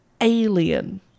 alien